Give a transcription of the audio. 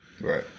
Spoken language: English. Right